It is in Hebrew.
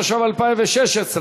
התשע"ו 2016,